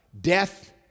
Death